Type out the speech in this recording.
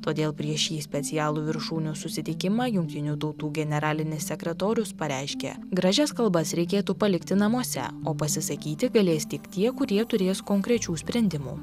todėl prieš šį specialų viršūnių susitikimą jungtinių tautų generalinis sekretorius pareiškė gražias kalbas reikėtų palikti namuose o pasisakyti galės tik tie kurie turės konkrečių sprendimų